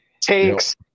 takes